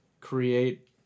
create